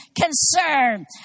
concern